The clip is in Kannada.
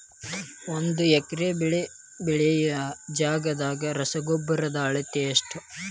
ಒಂದ್ ಎಕರೆ ಬೆಳೆ ಬೆಳಿಯೋ ಜಗದಾಗ ರಸಗೊಬ್ಬರದ ಅಳತಿ ಎಷ್ಟು?